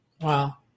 Wow